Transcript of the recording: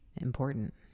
important